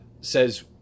says